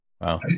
Wow